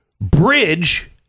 Bridge